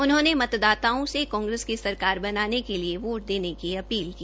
उन्होंने मतदाताओं से कांग्रेस की सरकार बनाने के लिए वोट देने की अपील भी की